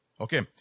Okay